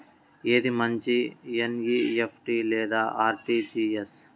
ఏది మంచి ఎన్.ఈ.ఎఫ్.టీ లేదా అర్.టీ.జీ.ఎస్?